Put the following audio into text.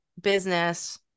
business